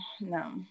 no